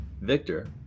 Victor